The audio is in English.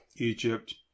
Egypt